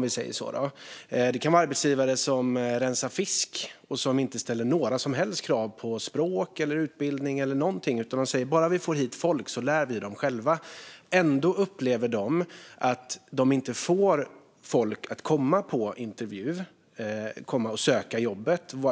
Det kan handla om arbete med att rensa fisk och arbetsgivare som inte ställer några som helst krav på språk eller utbildning utan säger: Bara vi får hit folk lär vi dem själva. Ändå upplever de att de inte får folk att söka jobbet eller komma på intervju,